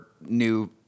new